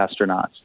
astronauts